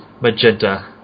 Magenta